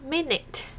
Minute